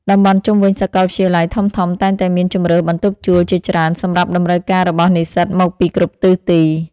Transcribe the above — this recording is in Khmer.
តំបន់ជុំវិញសាកលវិទ្យាល័យធំៗតែងតែមានជម្រើសបន្ទប់ជួលជាច្រើនសម្រាប់តម្រូវការរបស់និស្សិតមកពីគ្រប់ទិសទី។